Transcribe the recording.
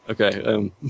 okay